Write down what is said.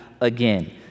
again